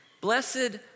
Blessed